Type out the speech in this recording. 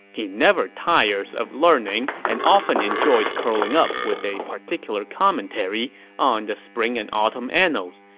he never tired of learning and often enjoyed curling up with a particular commentary on the spring and autumn annals.